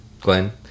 Glenn